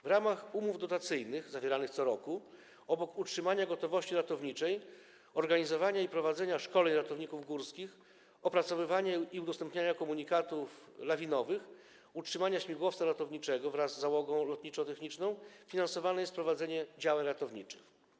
W ramach umów dotacyjnych zawieranych co roku, obok utrzymania gotowości ratowniczej, organizowania i prowadzenia szkoleń ratowników górskich, opracowywania i udostępniania komunikatów lawinowych, utrzymania śmigłowca ratowniczego wraz z załogą lotniczo-techniczną, finansowane jest prowadzenie działań ratowniczych.